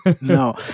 No